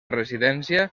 residència